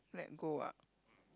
let go ah